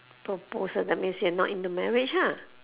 proposal that means you're not in the marriage ah